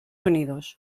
unidos